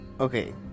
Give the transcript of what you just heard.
Okay